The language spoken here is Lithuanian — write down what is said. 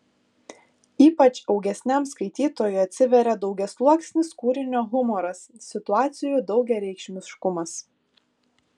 ypač augesniam skaitytojui atsiveria daugiasluoksnis kūrinio humoras situacijų daugiareikšmiškumas